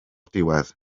diwedd